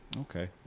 Okay